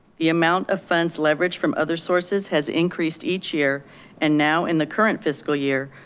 the amount of funds leveraged from other sources has increased each year and now in the current fiscal year,